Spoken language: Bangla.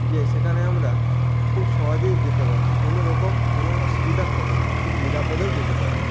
যে সেখানে আমরা খুব সহজেই যেতে পারব কোনো রকম কোনো অসুবিধা হবে না খুব নিরাপদেও যেতে পারব